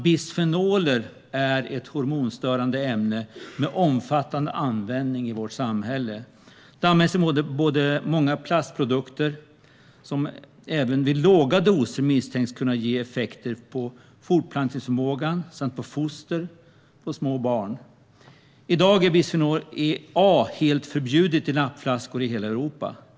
Bisfenoler är ett hormonstörande ämne med omfattande användning i vårt samhälle. Det används i många plastprodukter, och det misstänks även vid låga doser kunna ge effekter på fortplantningsförmågan samt på foster och små barn. I dag är bisfenol A helt förbjudet i nappflaskor i hela Europa.